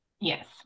yes